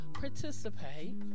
participate